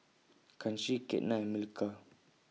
Kanshi Ketna and Milkha